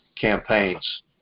campaigns